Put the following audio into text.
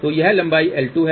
तो यह लंबाई L2 है